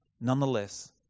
nonetheless